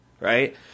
right